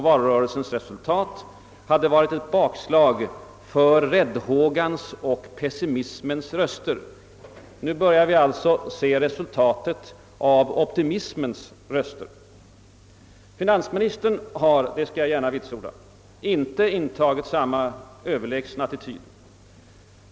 Valrörelsens resultat hade varit ett bakslag »för räddhågans och pessimismens röster». — Nu börjar vi alltså se resultatet av optimismens röster. Finansministern har — det skall jag gärna vitsorda — inte intagit samma överlägsna attityd.